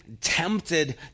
tempted